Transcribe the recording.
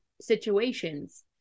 situations